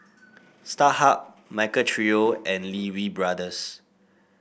Starhub Michael Trio and Lee Wee Brothers